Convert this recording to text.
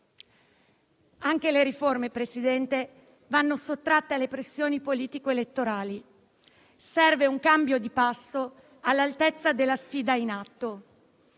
anche le riforme vanno sottratte alle pressioni politico-elettorali. Serve un cambio di passo all'altezza della sfida in atto.